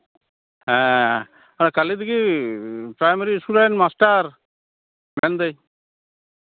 ᱦᱮᱸ ᱟᱨ ᱠᱟᱞᱤ ᱫᱤᱜᱷᱤ ᱯᱨᱟᱭᱢᱟᱨᱤ ᱤᱥᱠᱩᱞ ᱨᱮᱱ ᱢᱟᱥᱴᱟᱨ ᱢᱮᱱ ᱮᱫᱟᱹᱧ